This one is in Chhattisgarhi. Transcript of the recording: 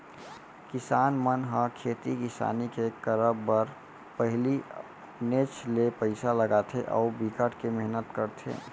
किसान मन ह खेती किसानी के करब बर पहिली अपनेच ले पइसा लगाथे अउ बिकट के मेहनत करथे